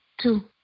Two